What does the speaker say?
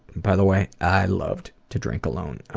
by the way, i loved to drink alone,